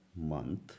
month